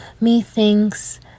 methinks